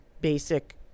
basic